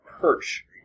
perch